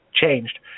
changed